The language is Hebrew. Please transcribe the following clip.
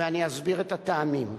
ואני אסביר את הטעמים: